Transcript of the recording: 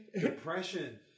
depression